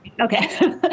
Okay